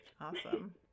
Awesome